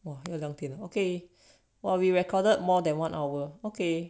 !wah! 又两点的 okay what we recorded more than one hour okay